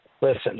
listen